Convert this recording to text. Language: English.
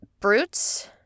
brutes